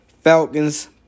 Falcons